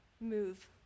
move